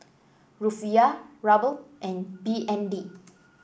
Rufiyaa Ruble and B N D